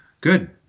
Good